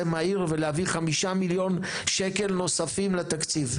מהיר ולהביא 5 מיליון שקלים נוספים לתקציב.